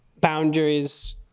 boundaries